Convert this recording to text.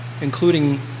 including